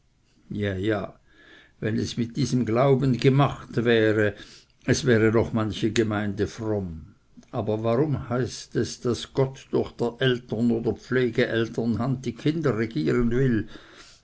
ja ja wenn es mit diesem glauben gemacht wäre es wäre noch manche gemeinde fromm aber warum heißt es daß gott durch der eltern oder pflegeltern hand die kinder regieren will